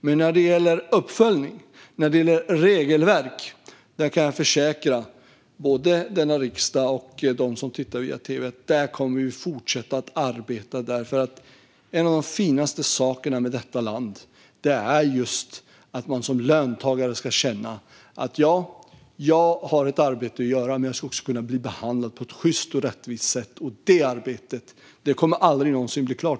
Men när det gäller uppföljning och regelverk kan jag försäkra både denna riksdag och dem som tittar via tv att detta kommer vi att fortsätta att arbeta med. En av de finaste sakerna med detta land är nämligen just att man som löntagare ska känna: Jag har ett arbete att göra, men jag ska också kunna bli behandlad på ett sjyst och rättvist sätt. Det arbetet kommer aldrig någonsin att bli klart.